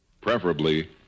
preferably